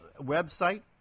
website